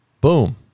Boom